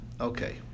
okay